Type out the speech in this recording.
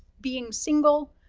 being single,